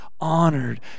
honored